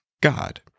god